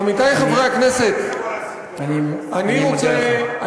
עמיתי חברי הכנסת, אני מודה לך.